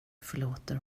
förlåter